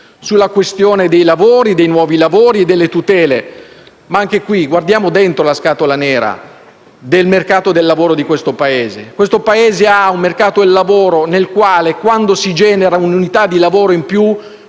sulla questione dei lavori, dei nuovi lavori e delle tutele; anche qui, però, guardiamo dentro la scatola nera del mercato del lavoro di questo Paese. Questo Paese ha un mercato del lavoro nel quale, quando si genera una unità di lavoro in più,